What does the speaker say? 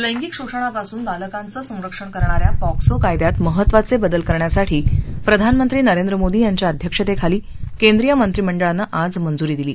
लर्सिक शोषणापासून बालकांचं संरक्षण करणाऱ्या पॉक्सो कायद्यात महत्वाचे बदल करण्यासाठी प्रधानमंत्री नरेंद्र मोदी यांच्या अध्यक्षतेखाली केंद्रीय मंत्रीमंडळानं आज मंजुरी दिली